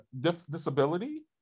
disability